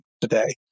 today